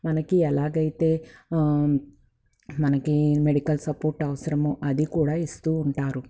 మనకి ఎలాగైతే మనకి మెడికల్ సపోర్ట్ అవసరమో అది కూడా ఇస్తూ ఉంటారు